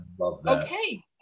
okay